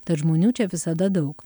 tad žmonių čia visada daug